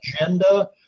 agenda